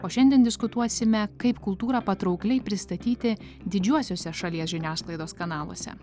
o šiandien diskutuosime kaip kultūrą patraukliai pristatyti didžiuosiuose šalies žiniasklaidos kanaluose